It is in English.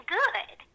good